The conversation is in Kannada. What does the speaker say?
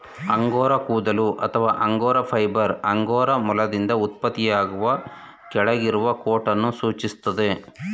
ಅಂಗೋರಾ ಕೂದಲು ಅಥವಾ ಅಂಗೋರಾ ಫೈಬರ್ ಅಂಗೋರಾ ಮೊಲದಿಂದ ಉತ್ಪತ್ತಿಯಾಗುವ ಕೆಳಗಿರುವ ಕೋಟನ್ನು ಸೂಚಿಸ್ತದೆ